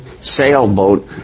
sailboat